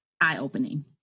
eye-opening